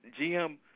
GM